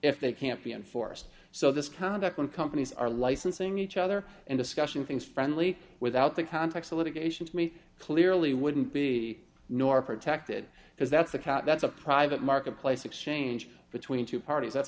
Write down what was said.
if they can't be enforced so this conduct when companies are licensing each other and discussion things friendly without the context of litigation to me clearly wouldn't be nor protected because that's a cop that's a private marketplace exchange between two parties that's